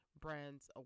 brand's